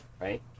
right